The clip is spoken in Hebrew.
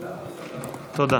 תודה,